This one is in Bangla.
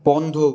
বন্ধ